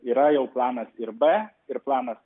yra jau planas ir b ir planas